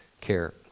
care